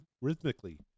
rhythmically